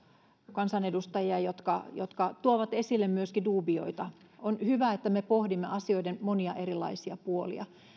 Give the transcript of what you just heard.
kansanedustajia jotka jotka tuovat esille myöskin duubioita on hyvä että me pohdimme asioiden monia erilaisia puolia